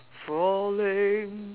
falling